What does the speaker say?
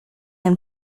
and